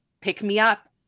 pick-me-up